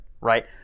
right